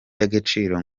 y’agaciro